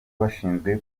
bashinzwe